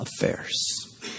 affairs